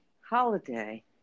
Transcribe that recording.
holiday